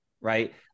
right